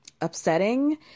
upsetting